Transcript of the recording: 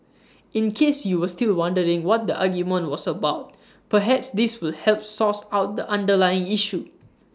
in case you were still wondering what the argument was about perhaps this will help source out the underlying issue